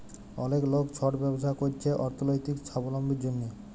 অলেক লক ছট ব্যবছা ক্যইরছে অথ্থলৈতিক ছাবলম্বীর জ্যনহে